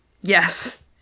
Yes